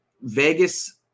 Vegas